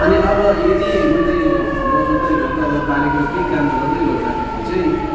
अनि अब यदि मैले हलो जोत्दै गर्दा अथवा बारीको केही काम गर्दै गर्दाखेरि चाहिँ